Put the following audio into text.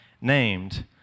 named